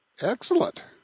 Excellent